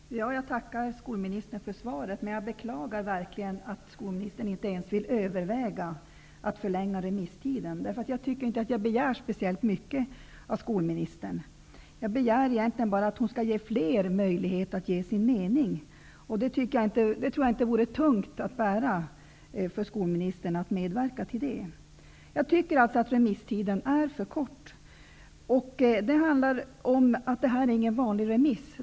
Herr talman! Jag tackar skolministern för svaret, men jag beklagar verkligen att skolministern inte ens vill överväga att förlänga remisstiden. Jag tycker nämligen inte att jag begär speciellt mycket av skolministern. Jag begär egentligen bara att hon skall ge fler möjlighet att säga sin mening, och jag tror inte att det vore tungt att bära för skolministern att medverka till det. Jag tycker alltså att remisstiden är för kort. Det här handlar inte om någon vanlig remiss.